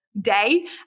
day